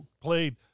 played